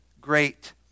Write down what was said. great